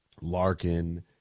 Larkin